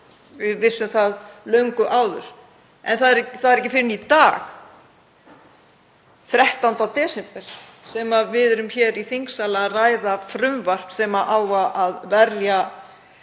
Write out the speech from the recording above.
Við vissum það löngu áður. En það er ekki fyrr en í dag, 13. desember, sem við erum hér í þingsal að ræða frumvarp sem á að verja